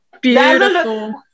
beautiful